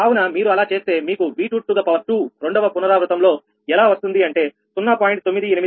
కావున మీరు అలా చేస్తే మీకు 𝑉22 రెండవ పునరావృతం లో ఎలా వస్తుంది అంటే 0